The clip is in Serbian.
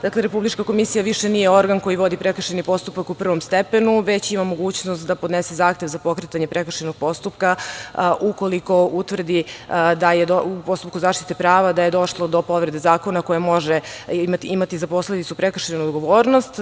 Dakle, Republička komisija više nije organ koji vodi prekršajni postupak u prvom stepenu, već ima mogućnost da podnese zahtev za pokretanje prekršajnog postupka u koliko utvrdi da je u postupku zaštite prava, da je došlo do povrede zakona, koje može imati za posledicu prekršajnu odgovornost.